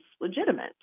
legitimate